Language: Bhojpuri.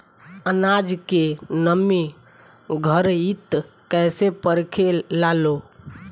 आनाज के नमी घरयीत कैसे परखे लालो?